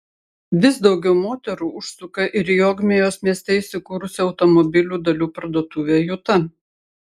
vis daugiau moterų užsuka ir į ogmios mieste įsikūrusią automobilių dalių parduotuvę juta